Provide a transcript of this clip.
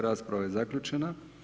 Rasprava je zaključena.